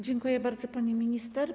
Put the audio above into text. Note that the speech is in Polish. Dziękuję bardzo, pani minister.